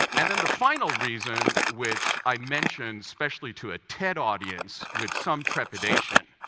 and then the final reason, which i mention, especially to a ted audience, with some trepidation,